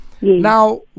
Now